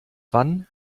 wann